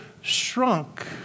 shrunk